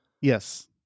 yes